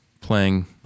playing